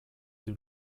dem